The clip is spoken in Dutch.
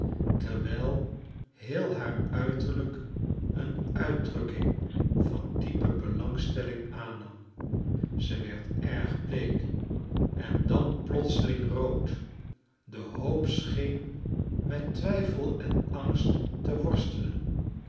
terwijl heel haar uiterlijk een uitdrukking van diepe belangstelling aannam ze werd erg bleek en dan plotseling rood de hoop scheen met twijfel en angst te worstelen